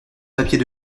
papier